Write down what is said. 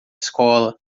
escola